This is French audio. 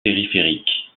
périphérique